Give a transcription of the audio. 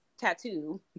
tattoo